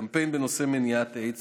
קמפיין בנושא מניעת איידס